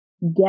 Get